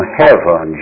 heaven